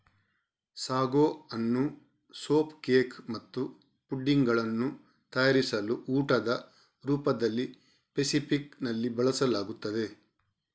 sago ಅನ್ನು soup cake ಮತ್ತು pudding ಗಳನ್ನು ತಯಾರಿಸಲು ಊಟದ ರೂಪದಲ್ಲಿ ಫೆಸಿಫಿಕ್ ನಲ್ಲಿ ಬಳಸಲಾಗುತ್ತದೆ